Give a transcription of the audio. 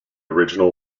original